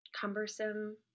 cumbersome